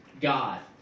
God